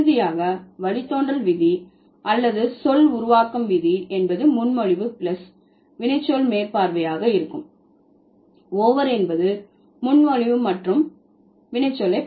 இறுதியாக வழித்தோன்றல் விதி அல்லது சொல் உருவாக்கம் விதி என்பது முன்மொழிவு பிளஸ் வினைச்சொல் மேற்பார்வையாக இருக்கும் ஓவர் என்பது முன்மொழிவு மற்றும் பார்க்க வினைச்சொல்